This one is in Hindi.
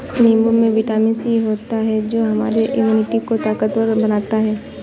नींबू में विटामिन सी होता है जो हमारे इम्यूनिटी को ताकतवर बनाता है